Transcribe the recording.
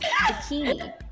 Bikini